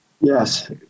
yes